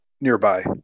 nearby